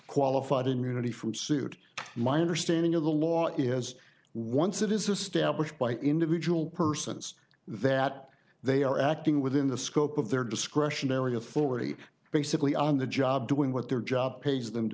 qualified immunity from suit my understanding of the law is once it is established by individual persons that they are acting within the scope of their discretionary authority basically on the job doing what their job pays them to